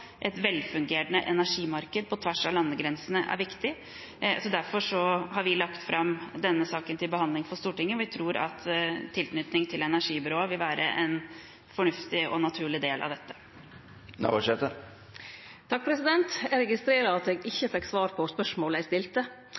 et velfungerende energimarked på tvers av landegrensene, er viktig. Derfor har vi lagt fram denne saken til behandling for Stortinget. Vi tror at tilknytning til energibyrået vil være en fornuftig og naturlig del av dette. Eg registrerer at eg ikkje fekk svar på spørsmålet eg stilte.